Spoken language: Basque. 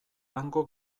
hango